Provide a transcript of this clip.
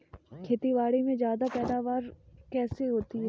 खेतीबाड़ी में ज्यादा पैदावार कैसे होती है?